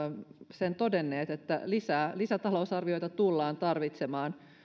sen todenneet että lisää lisätalousarvioita tullaan tarvitsemaan